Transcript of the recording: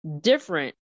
different